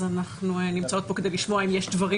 אז אנחנו נמצאות פה כדי לשמוע אם יש דברים